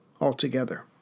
altogether